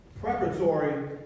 Preparatory